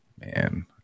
man